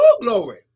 glory